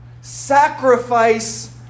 Sacrifice